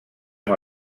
amb